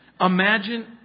Imagine